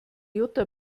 jutta